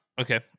Okay